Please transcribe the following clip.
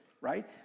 right